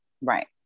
Right